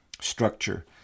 structure